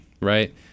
right